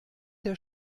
der